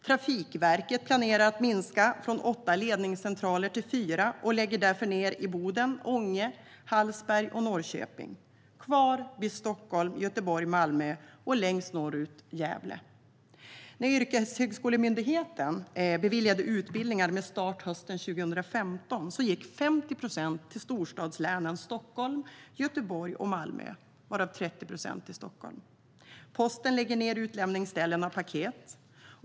Trafikverket planerar att minska från åtta ledningscentraler till fyra och lägger därför ned i Boden, Ånge, Hallsberg och Norrköping. Kvar blir Stockholm, Göteborg, Malmö och längst norrut Gävle. När Myndigheten för yrkeshögskolan beviljade utbildningar med start hösten 2015 gick 50 procent till storstadslänen Stockholm, Göteborg och Malmö, varav 30 procent gick till Stockholm. Posten lägger ned utlämningsställen av paket.